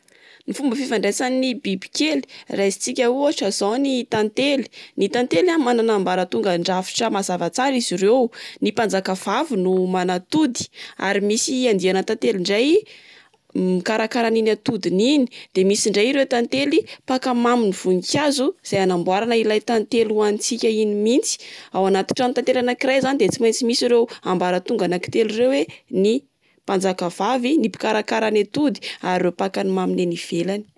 Ny fomba fifandraisan'ny biby kely, raisitsika ohatra zao ny tantely. Ny tantely a,manana ambaratongan-drafitra mazava tsara izy ireo. Ny mpanjakavavy no manatody ary misy andiana tantely ndray m- mikarakara an'iny atodiny iny. De misy ndray ireo tantely, mpaka mamin'ny vonikazo, izay anamboarana ilay tantely ohanintsika iny mihitsy. Ao anaty tranotantely anankiray zany de tsy maintsy misy ireo ambaratonga anaky telo ireo hoe: ny mpanjaka vavy ,ny mpikarakara ny atody ary ireo mpaka ny maminy eny ivelany.